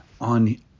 on